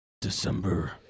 December